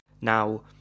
Now